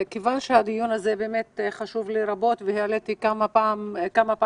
הדיון הזה חשוב לי מאוד, והעליתי כמה פעמים